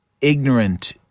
ignorant